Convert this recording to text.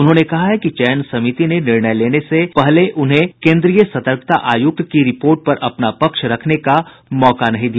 उन्होंने कहा है कि चयन समिति ने निर्णय लेने से पहले उन्हें केन्द्रीय सतर्कता आयुक्त की रिपोर्ट पर अपना पक्ष रखने का मौका नहीं दिया